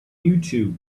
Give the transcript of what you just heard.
youtube